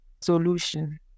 solution